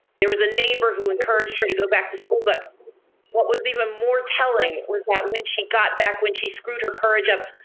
there was a neighbor who encouraged her to go back to school. but what was even more telling was that when she got back when she screwed her courage up,